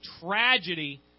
tragedy